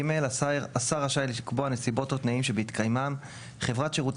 (ג) השר רשאי לקבוע נסיבות או תנאים שבהתקיימם חברת שירותים